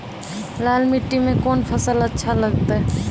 लाल मिट्टी मे कोंन फसल अच्छा लगते?